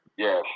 Yes